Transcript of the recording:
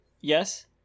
yes